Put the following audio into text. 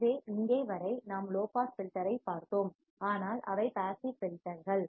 எனவே இங்கே வரை நாம் லோ பாஸ் ஃபில்டர் ஐப் பார்த்தோம் ஆனால் அவை பாசிவ் ஃபில்டர்கள்